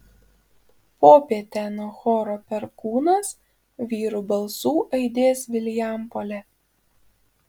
popietę nuo choro perkūnas vyrų balsų aidės vilijampolė